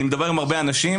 אני מדבר עם הרבה אנשים,